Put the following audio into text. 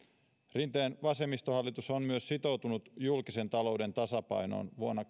rinteen vasemmistohallitus on myös sitoutunut julkisen talouden tasapainoon vuonna